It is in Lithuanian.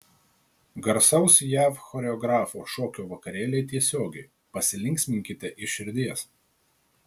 garsaus jav choreografo šokio vakarėliai tiesiogiai pasilinksminkite iš širdies